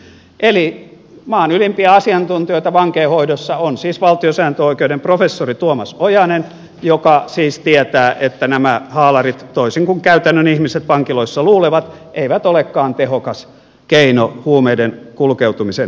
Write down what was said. eli maan ylimpiä asiantuntijoita vankeinhoidossa on siis valtiosääntöoikeuden professori tuomas ojanen joka siis tietää että nämä haalarit toisin kuin käytännön ihmiset vankiloissa luulevat eivät olekaan tehokas keino huumeiden kulkeutumisen estämiseksi